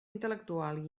intel·lectual